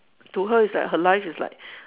to her is like her life is like